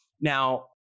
Now